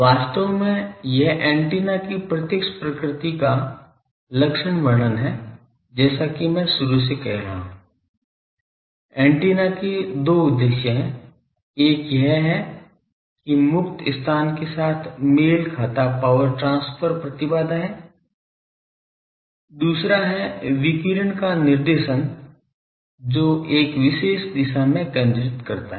वास्तव में यह ऐन्टेना की प्रत्यक्ष प्रकृति का लक्षण वर्णन है जैसा कि मैं शुरू से कह रहा हूं एंटीना के दो उद्देश्य हैं एक यह है कि मुक्त स्थान के साथ मेल खाता पावर ट्रांसफर प्रतिबाधा है दूसरा है विकिरण का निर्देशन जो को एक विशेष दिशा में केंद्रित करता है